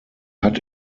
hat